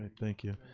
thank you.